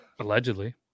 Allegedly